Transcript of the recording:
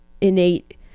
innate